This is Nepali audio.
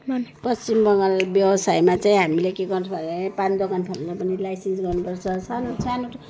पश्चिम बङ्गाल व्यवसायमा चाहिँ हामीले के गर्छौँ भने पान दोकान खोल्न पनि लाइसेन्स गर्नु पर्छ सानो सानो